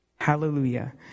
Hallelujah